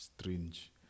strange